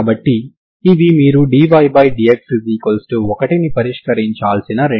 ఇదేవిధంగా 0∞ లో మీరు పరిష్కారాన్ని చూస్తారు